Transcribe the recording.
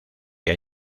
que